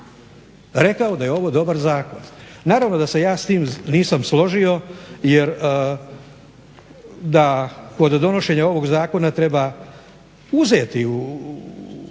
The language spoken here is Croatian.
rekao da je ovo dobar zakon. Naravno da se ja s tim nisam složio jer da kod donošenja ovog zakona treba uzeti u